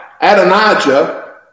Adonijah